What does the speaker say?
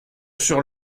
sur